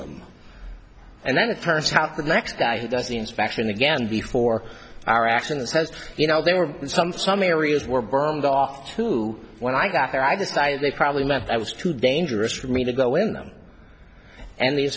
them and then it turns out the next guy who does the inspection again before our actions has you know they were in some some areas were burned off too when i got there i decided they probably meant i was too dangerous for me to go in them and the